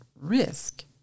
risk